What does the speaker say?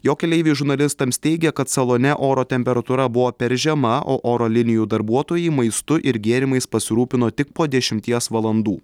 jo keleiviai žurnalistams teigė kad salone oro temperatūra buvo per žema o oro linijų darbuotojai maistu ir gėrimais pasirūpino tik po dešimties valandų